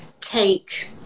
take